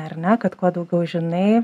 ar ne kad kuo daugiau žinai